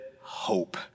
hope